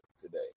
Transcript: today